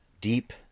deep